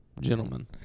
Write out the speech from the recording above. gentlemen